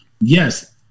Yes